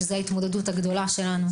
שזה ההתמודדות הגדולה שלנו,